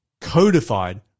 Codified